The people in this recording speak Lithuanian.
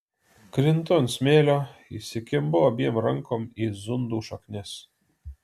krintu ant smėlio įsikimbu abiem rankom į zundų šaknis